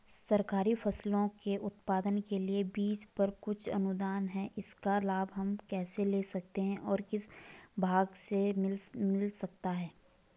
सरकारी फसलों के उत्पादन के लिए बीज पर कुछ अनुदान है इसका लाभ हम कैसे ले सकते हैं और किस विभाग से मिल सकता है?